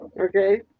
Okay